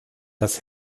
dass